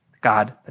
God